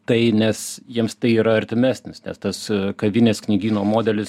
tai nes jiems tai yra artimesnis nes tas kavinės knygyno modelis